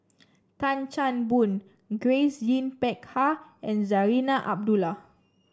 Tan Chan Boon Grace Yin Peck Ha and Zarinah Abdullah